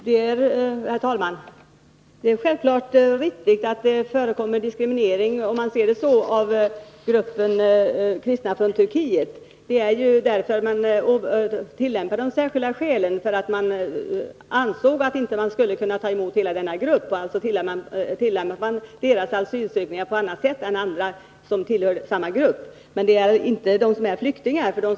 Herr talman! Det är självfallet riktigt att diskriminering — om man nu vill uttrycka det så — av gruppen kristna från Turkiet förekommer. Man ansåg sig inte kunna ta emot hela den gruppen, och därför åberopas de särskilda skälen. Alltså behandlar man deras asylansökningar på annat sätt än ansökningar från andra som tillhör samma grupp. Men det gäller inte för dem som är flyktingar.